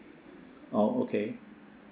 oh okay